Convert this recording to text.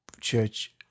Church